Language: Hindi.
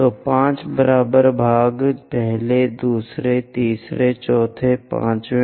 तो 5 बराबर भाग पहले दूसरे तीसरे चौथे पांचवें